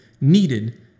needed